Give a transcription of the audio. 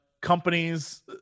companies